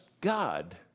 God